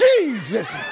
Jesus